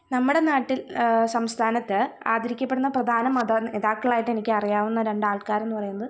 നമ്മുടെ നാട്ടിൽ സംസ്ഥാനത്ത് ആദരിക്കപ്പെടുന്ന പ്രധാന മതനേതാക്കളായിട്ടെനിക്കറിയാവുന്ന രണ്ടാൾക്കാരെന്നു പറയുന്നത്